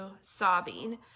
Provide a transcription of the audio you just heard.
sobbing